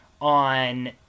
on